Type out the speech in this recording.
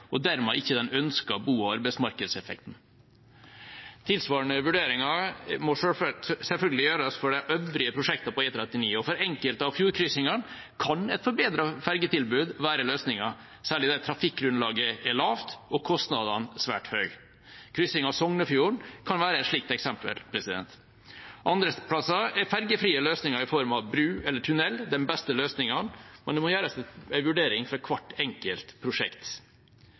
og har dermed ikke den ønskede bo- og arbeidsmarkedseffekten. Tilsvarende vurderinger må selvfølgelig gjøres for de øvrige prosjektene på E39, og for enkelte av fjordkryssingene kan et forbedret ferjetilbud være løsningen, særlig der trafikkgrunnlaget er lavt og kostnadene svært høye. Kryssing av Sognefjorden kan være et slikt eksempel. Andre steder er ferjefrie løsninger i form av bru eller tunnel den beste løsningen, men det må gjøres en vurdering for hvert enkelt prosjekt.